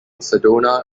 sedona